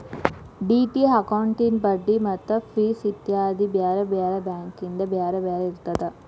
DD ಅಕೌಂಟಿನ್ ಬಡ್ಡಿ ಮತ್ತ ಫಿಸ್ ಇತ್ಯಾದಿ ಬ್ಯಾರೆ ಬ್ಯಾರೆ ಬ್ಯಾಂಕಿಂದ್ ಬ್ಯಾರೆ ಬ್ಯಾರೆ ಇರ್ತದ